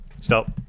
Stop